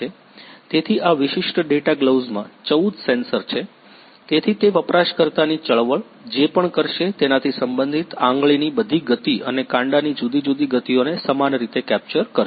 તેથી આ વિશિષ્ટ ડેટા ગ્લોવ્સમાં 14 સેન્સર છે તેથી તે વપરાશકર્તાની ચળવળ જે પણ કરશે તેનાથી સંબંધિત આંગળીની બધી ગતિ અને કાંડાની જુદી જુદી ગતિઓને સમાન રીતે કેપ્ચર કરશે